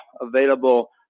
available